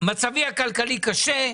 מצבי הכלכלי קשה,